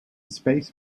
space